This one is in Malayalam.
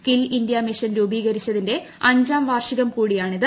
സ്കിൽ ഇന്ത്യ മിഷൻ രൂപീകരിച്ചതിന്റെ അഞ്ചാം പൂർവാർഷികം കൂടിയാണിന്ന്